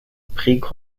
prix